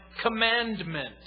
commandment